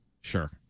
Sure